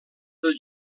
del